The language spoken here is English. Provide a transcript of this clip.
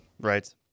right